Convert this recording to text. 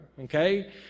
okay